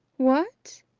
what!